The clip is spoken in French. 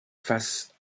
face